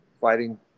fighting